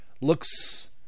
looks